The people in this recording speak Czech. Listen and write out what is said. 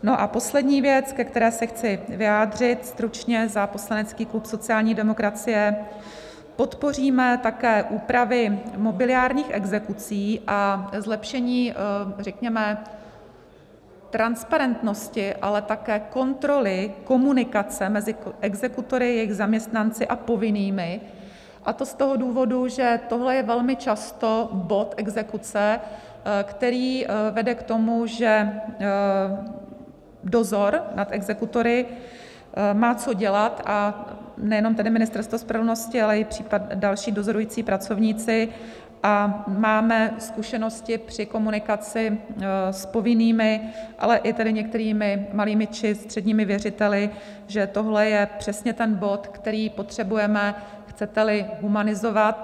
No a poslední věc, ke které se chci vyjádřit stručně za poslanecký klub sociální demokracie: podpoříme také úpravy mobiliárních exekucí a zlepšení řekněme transparentnosti, ale také kontroly komunikace mezi exekutory, jejich zaměstnanci a povinnými, a to z toho důvodu, že tohle je velmi často bod exekuce, který vede k tomu, že dozor nad exekutory má co dělat nejenom tedy Ministerstvo spravedlnosti, ale i další dozorující pracovníci a máme zkušenosti při komunikaci s povinnými, ale i tedy některými malými či středními věřiteli, že tohle je přesně ten bod, který potřebujeme, chceteli, humanizovat.